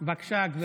בבקשה, גברתי.